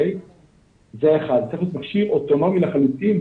זה צריך להיות מכשיר אוטונומי לחלוטין,